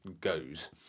goes